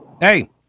Hey